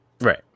Right